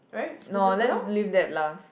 no let's leave that last